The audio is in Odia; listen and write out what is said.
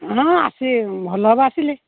ହଁ ଆସ ଭଲ ହବ ଆସିଲେ